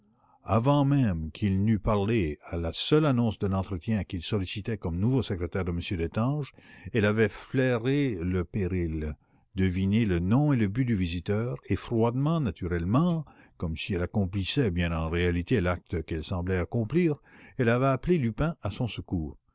avant même qu'il eût parlé à la seule annonce de l'entretien qu'il sollicitait comme nouveau secrétaire de m destange elle avait flairé le péril deviné le nom et le but du visiteur et froidement naturellement comme si elle accomplissait bien en réalité l'acte qu'elle semblait accomplir elle avait appelé lupin à son secours